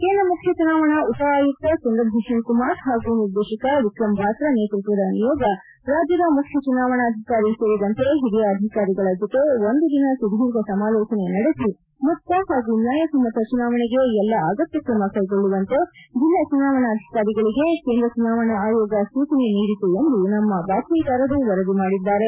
ಕೇಂದ್ರ ಮುಖ್ಯ ಚುನಾವಣಾ ಉಪಆಯುಕ್ತ ಚಂದ್ರಭೂಷಣ್ ಕುಮಾರ್ ಹಾಗೂ ನಿರ್ದೇಶಕ ವಿಕ್ರಂ ಬಾತ್ರಾ ನೇತ್ವತ್ನದ ನಿಯೋಗ ರಾಜ್ಯದ ಮುಖ್ಯ ಚುನಾವಣಾಧಿಕಾರಿ ಸೇರಿದಂತೆ ಹಿರಿಯ ಅಧಿಕಾರಗಳ ಜತೆ ಒಂದು ದಿನ ಸುದೀರ್ಘ ಸಮಾಲೋಚನೆ ನಡೆಸಿ ಮುಕ್ತ ಹಾಗೂ ನ್ಯಾಯಸಮ್ಮತ ಚುನಾವಣೆಗೆ ಎಲ್ಲ ಅಗತ್ಯ ಕ್ರಮ ಕೈಗೊಳ್ಳುವಂತೆ ಜಿಲ್ಲಾ ಚುನಾವಣಾಧಿಕಾರಿಗಳಿಗೆ ಕೇಂದ್ರ ಚುನಾವಣಾ ಆಯೋಗ ಸೂಚನೆ ನೀಡಿತು ಎಂದು ನಮ್ಮ ಬಾತ್ಮೀದಾರರು ವರದಿ ಮಾಡಿದ್ದಾರೆ